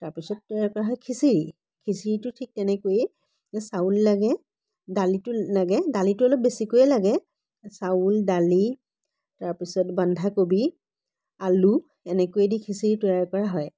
তাৰপিছত তৈয়াৰ কৰা হয় খিচিৰি খিচিৰিটো ঠিক তেনেকৈয়ে চাউল লাগে দালিটো লাগে দালিটো অলপ বেছিকৈয়ে লাগে চাউল দালি তাৰ পিছত বন্ধাকবি আলু এনেকৈয়ে দি খিচিৰি তৈয়াৰ কৰা হয়